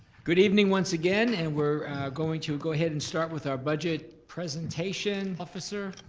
good evening once again and we're going to go ahead and start with our budget presentation officer.